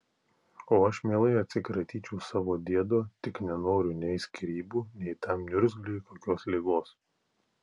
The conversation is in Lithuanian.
o aš mielai atsikratyčiau savo diedo tik nenoriu nei skyrybų nei tam niurgzliui kokios ligos